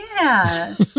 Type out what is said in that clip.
Yes